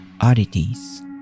Oddities